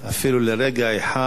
אפילו לרגע אחד,